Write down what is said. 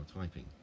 typing